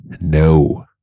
No